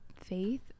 faith